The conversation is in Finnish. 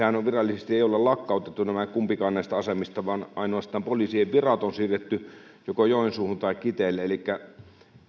virallisestihan ei ole lakkautettu kumpaakaan näistä asemista vaan ainoastaan poliisien virat on siirretty joko joensuuhun tai kiteelle elikkä